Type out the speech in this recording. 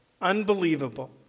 Unbelievable